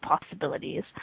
possibilities